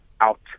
out